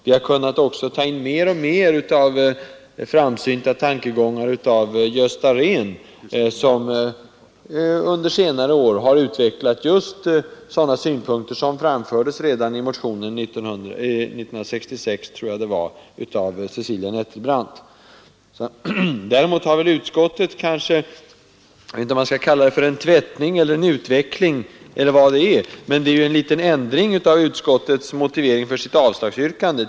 Vi har också kunnat ta in mer och mer av framsynta tankegångar från Gösta Rehn, som under senare år har utvecklat just sådana synpunkter som framfördes redan i en motion år 1966 av Cecilia Nettelbrandt. Däremot har jag noterat en liten ändring av utskottets motivering för sitt avslagsyrkande — jag vet inte om man skall kalla det för tvättning, utveckling eller något annat.